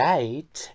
Right